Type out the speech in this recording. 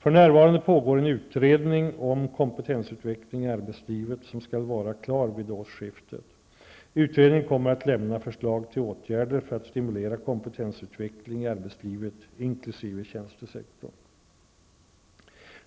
För närvarande pågår en utredning om kompetensutveckling i arbetslivet, som skall vara klar vid årsskiftet. Utredningen kommer att lämna förslag till åtgärder för att stimulera kompetensutveckling i arbetslivet, inkl.